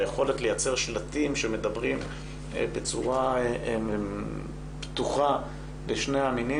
ביכולת לייצר שלטים שמדברים בצורה פתוחה לשני המינים